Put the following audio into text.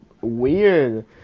weird